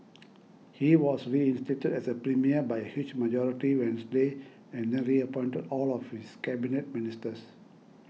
he was reinstated as a premier by a huge majority Wednesday and then reappointed all of his Cabinet Ministers